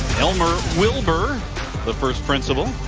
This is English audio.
elmer will burr the first principal.